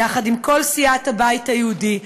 יחד עם כל סיעת הבית היהודי,